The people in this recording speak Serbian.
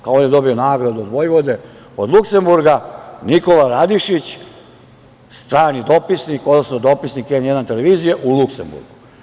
Kao, on je dobio nagradu vojvode od Luksemburga, Nikola Radišić, strani dopisnik, odnosno dopisnik N1 televizije u Luksemburgu.